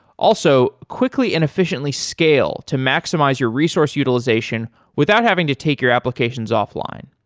also, quickly and efficiently scale to maximize your resource utilization without having to take your applications offline.